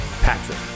Patrick